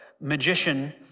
magician